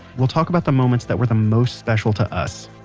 we'll talk about the moments that were the most special to us,